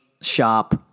shop